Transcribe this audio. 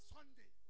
Sunday